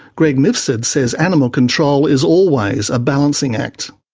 greg mifsud says animal control is always a balancing act.